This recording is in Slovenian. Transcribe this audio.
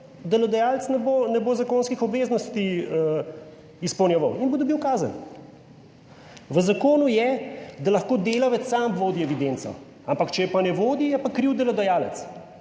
delodajalec ne bo zakonskih obveznosti izpolnjeval in bo dobil kazen. V zakonu je, da lahko delavec sam vodi evidenco, ampak če je pa ne vodi, je pa kriv delodajalec.